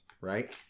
right